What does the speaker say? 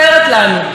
והיא מפחדת,